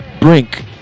Brink